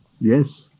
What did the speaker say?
yes